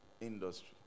industry